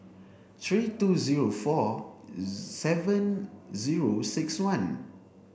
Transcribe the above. three two zero four seven zero six one